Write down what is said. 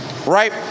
Right